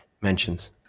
mentions